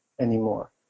anymore